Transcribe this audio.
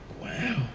Wow